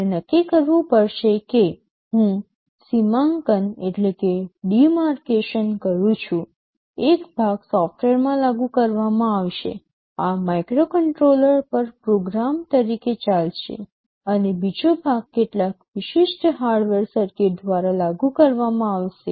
તમારે નક્કી કરવું પડશે કે હું સીમાંકન કરું છું એક ભાગ સોફ્ટવેરમાં લાગુ કરવામાં આવશે આ માઇક્રોકન્ટ્રોલર પર પ્રોગ્રામ તરીકે ચાલશે અને બીજો ભાગ કેટલાક વિશિષ્ટ હાર્ડવેર સર્કિટ દ્વારા લાગુ કરવામાં આવશે